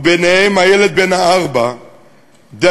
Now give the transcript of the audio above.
וביניהם הילד בן הארבע דניאל,